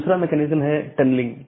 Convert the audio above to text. दूसरा मैकेनिज्म है टनलिंग